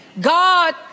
God